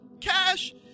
Cash